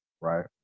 right